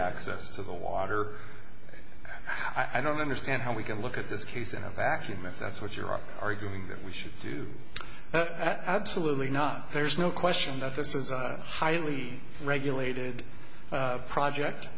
access to the water i don't understand how we can look at this case in a vacuum if that's what you're arguing that we should do absolutely not there's no question that this is a highly regulated project